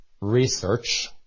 research